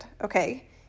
okay